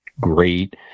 great